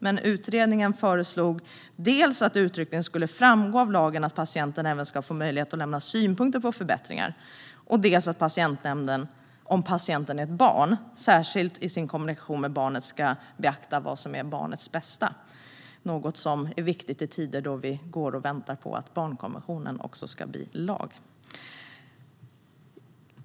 Men utredningen föreslog dels att det uttryckligen skulle framgå av lagen att patienten även ska få möjlighet att lämna synpunkter på förbättringar, dels att patientnämnden, om patienten är barn, särskilt i sin kommunikation med barnet ska beakta vad som är barnets bästa, något som är viktigt i tider då vi går och väntar på att barnkonventionen också ska bli lag.